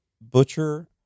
Butcher